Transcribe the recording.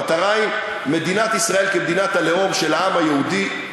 המטרה היא: מדינת ישראל כמדינת הלאום של העם היהודי.